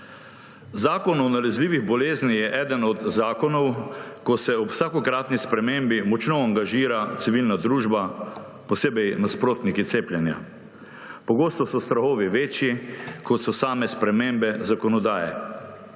Zakon o nalezljivih boleznih je eden od zakonov, ko se ob vsakokratni spremembi močno angažira civilna družba, posebej nasprotniki cepljenja. Pogosto so strahovi večji, kot so same spremembe zakonodaje.